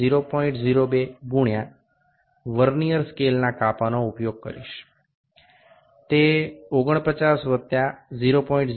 02 ગુણ્યા વર્નિયર સ્કેલના કાપાનો ઉપયોગ કરીશ તે 49 વત્તા 0